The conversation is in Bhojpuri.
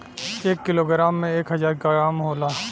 एक कीलो ग्राम में एक हजार ग्राम होला